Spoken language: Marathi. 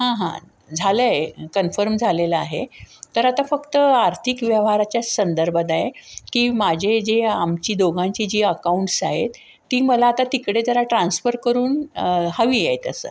हां हां झालं आहे कन्फर्म झालेलं आहे तर आता फक्त आर्थिक व्यवहाराच्या संदर्भात आहे की माझे जे आमची दोघांची जी अकाऊंट्स आहेत ती मला आता तिकडे जरा ट्रान्स्फर करून हवी आहेत असं